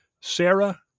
Sarah